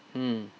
mm